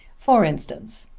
for instance,